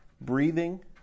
breathing